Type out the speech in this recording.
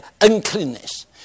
uncleanness